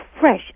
fresh